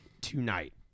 tonight